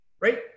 right